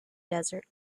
desert